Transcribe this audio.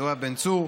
יואב בן צור,